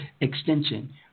extension